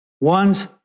ones